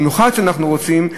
במיוחד שאנחנו רוצים,